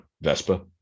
Vespa